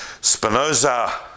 Spinoza